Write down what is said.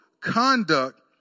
conduct